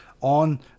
on